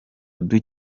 duke